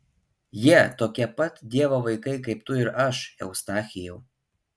jie tokie pat dievo vaikai kaip tu ir aš eustachijau